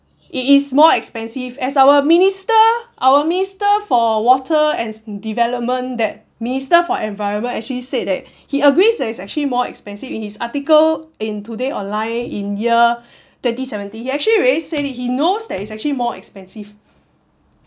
it is more expensive as our minister our minister for water and development that minister for environment actually said that he agrees that it is actually more expensive in his article in today online in year twenty seventeen he actually already said it he knows that it's actually more expensive